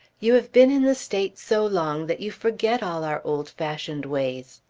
you have been in the states so long that you forget all our old-fashioned ways.